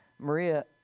Maria